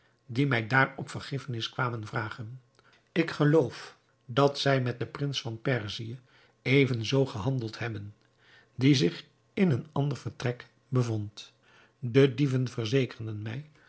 die mij daarop vergiffenis kwamen vragen ik geloof dat zij met den prins van perzië even zoo gehandeld hebben die zich in een ander vertrek bevond de dieven verzekerden mij